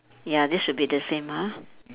ya this should be the same ah